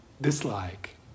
dislike